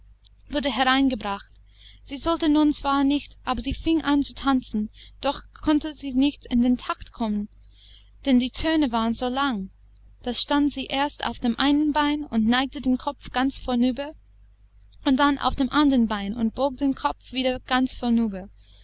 wurde hereingebracht sie sollte nun zwar nicht aber sie fing an zu tanzen doch konnte sie nicht in den takt kommen denn die töne waren so lang da stand sie erst auf dem einen bein und neigte den kopf ganz vornüber und dann auf dem andern bein und bog den kopf wieder ganz